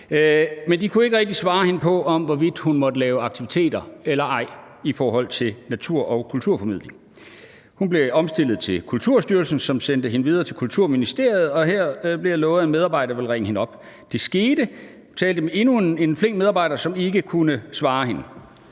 Men de kunne ikke rigtig svare hende på, hvorvidt hun måtte lave aktiviteter eller ej i forhold til natur- og kulturformidling. Hun blev omstillet til Kulturstyrelsen, som sendte hende videre til Kulturministeriet, hvor hun her blev lovet, at en medarbejder ville ringe hende op. Det skete, og hun talte med endnu en flink medarbejder, som ikke kunne svare hende,